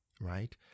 right